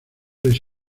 les